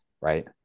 right